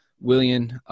William